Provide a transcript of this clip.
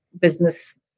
business